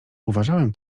uważałem